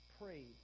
prayed